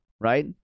right